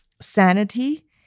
sanity